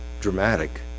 dramatic